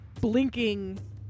blinking